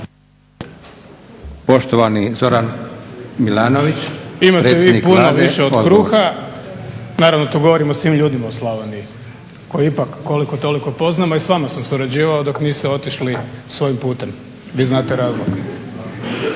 Poštovani Zoran Milanović predsjednik Vlade, odgovor.